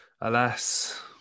alas